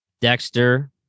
Dexter